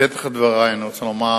בפתח דברי אני רוצה לומר,